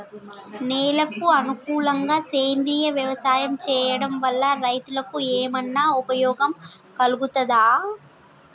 నేలకు అనుకూలంగా సేంద్రీయ వ్యవసాయం చేయడం వల్ల రైతులకు ఏమన్నా ఉపయోగం కలుగుతదా?